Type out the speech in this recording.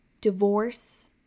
divorce